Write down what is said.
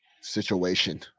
situation